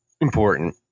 important